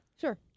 sure